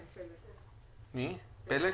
כן, פלג,